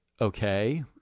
okay